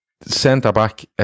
Centre-back